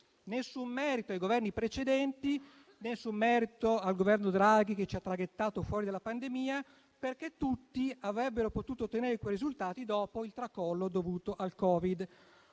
nessun merito ai Governi precedenti, nessun merito al Governo Draghi che ci ha traghettato fuori dalla pandemia, perché tutti avrebbero potuto ottenere quei risultati dopo il tracollo dovuto al Covid.